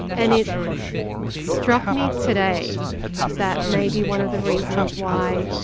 and it struck me today that maybe one of the reasons why